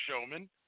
Showman